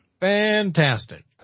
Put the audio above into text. Fantastic